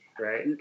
right